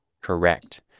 Correct